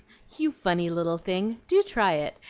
you funny little thing, do try it,